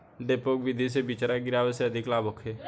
डेपोक विधि से बिचरा गिरावे से अधिक लाभ होखे?